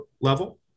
level